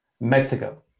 Mexico